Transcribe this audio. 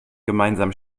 gemeinsamen